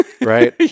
right